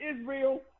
Israel